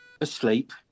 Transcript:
asleep